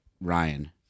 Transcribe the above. Ryan